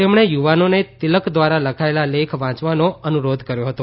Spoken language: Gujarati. તેમણે યુવાનોને તિલક દ્વારા લખાયેલા લેખ વાંચવાનો અનુરોધ કર્યો હતો